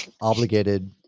obligated